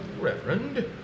Reverend